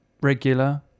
regular